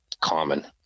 common